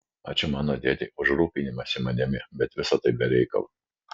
ačiū mano dėdei už rūpinimąsi manimi bet visa tai be reikalo